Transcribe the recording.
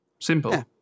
simple